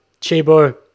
Chibo